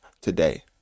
today